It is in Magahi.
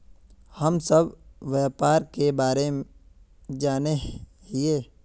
हम सब व्यापार के बारे जाने हिये?